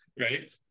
right